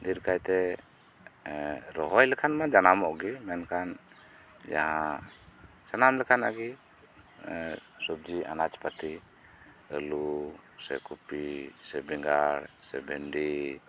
ᱰᱷᱤᱨ ᱠᱟᱭᱛᱮ ᱨᱚᱦᱚᱭ ᱞᱮᱠᱷᱟᱱ ᱢᱟ ᱡᱟᱱᱟᱢᱚᱜ ᱜᱤ ᱢᱮᱱᱠᱷᱟᱱ ᱡᱟᱦᱟᱸ ᱥᱟᱱᱟᱢ ᱞᱮᱠᱟᱱᱟᱜ ᱜᱤ ᱥᱚᱵᱡᱤ ᱟᱱᱟᱡ ᱯᱟᱹᱛᱤ ᱟᱹᱞᱩ ᱥᱮ ᱠᱩᱯᱤ ᱥᱮ ᱵᱮᱸᱜᱟᱲ ᱥᱮ ᱵᱷᱮᱱᱰᱤ